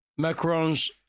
Macron's